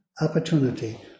opportunity